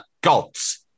gods